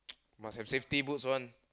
must have safety boots one